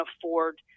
afford